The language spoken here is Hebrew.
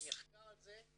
מחקר על זה.